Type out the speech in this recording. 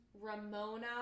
Ramona